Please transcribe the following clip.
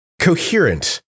coherent